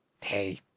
hey